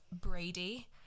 Brady